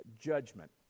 Judgment